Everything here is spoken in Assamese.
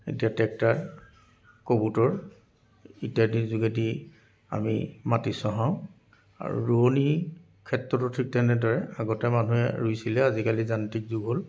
এতিয়া ট্ৰেক্টৰ কবুটৰ ইত্যাদিৰ যোগেদি আমি মাটি চহাওঁ আৰু ৰুৱনিৰ ক্ষেত্ৰতো ঠিক তেনেদৰে আগতে মানুহে ৰুইছিলে আজিকালি যান্ত্ৰিক যুগ হ'ল